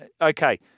Okay